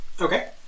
Okay